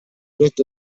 rotto